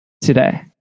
today